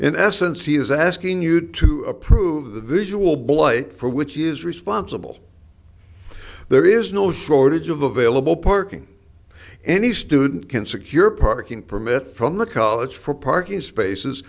in essence he is asking you to approve the visual blight for which he is responsible there is no shortage of available parking any student can secure a parking permit from the college for parking spaces